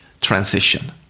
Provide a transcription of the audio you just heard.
transition